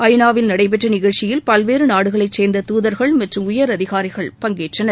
ஐநாவில் நடைபெற்ற நிகழ்ச்சியில் பல்வேறு நாடுகளைச் சேர்ந்த தூதர்கள் மற்றும் உயரதிகாரிகள் பஙகேற்றனர்